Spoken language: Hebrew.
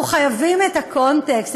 אנחנו חייבים את הקונטקסט,